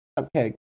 Okay